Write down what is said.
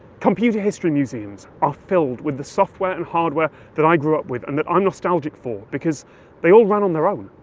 computer history museums are filled with the software and hardware that i grew up with and that i'm nostalgic for, because they all ran on their own,